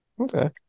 Okay